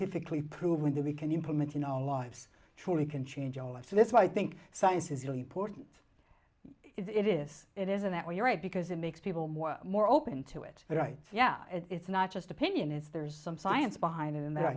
scientifically proven that we can implement in our lives truly can change all or so that's why i think science is really important is it is it isn't that what you write because it makes people more more open to it right yeah it's not just opinion it's there's some science behind it in that